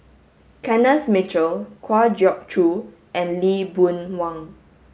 Kenneth Mitchell Kwa Geok Choo and Lee Boon Wang